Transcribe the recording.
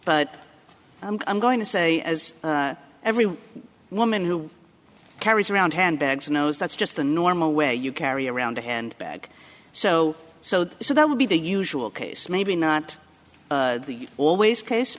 but i'm going to say as every woman who carries around handbags knows that's just the normal way you carry around a handbag so so so that would be the usual case maybe not always case